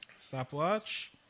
Stopwatch